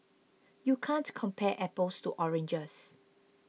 you can't compare apples to oranges